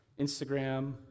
Instagram